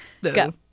Go